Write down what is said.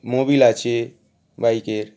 Mobil আছে বাইকের